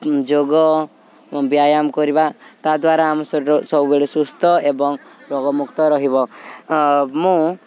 ଯୋଗ ବ୍ୟାୟାମ କରିବା ତାଦ୍ଵାରା ଆମ ଶରୀର ସବୁବେଳେ ସୁସ୍ଥ ଏବଂ ରୋଗମୁକ୍ତ ରହିବ ମୁଁ